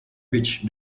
which